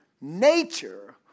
nature